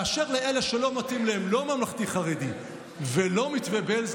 אשר לאלה שלא מתאים להם לא ממלכתי-חרדי ולא מתווה בעלז,